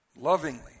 lovingly